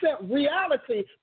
reality